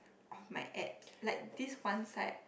of my abs like this one side